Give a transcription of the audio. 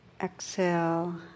exhale